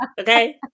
okay